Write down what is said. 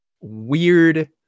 weird